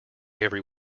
every